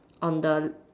on the